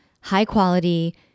high-quality